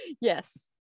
yes